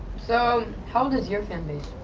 so how does your fan base